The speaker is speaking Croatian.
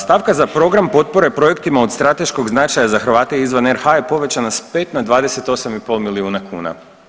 Stavka za Program potpore projektima od strateškog značaja za Hrvatske izvan RH je povećana s 5 na 28,5 milijuna kuna.